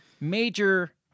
major